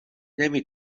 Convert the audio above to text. نمی